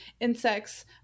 insects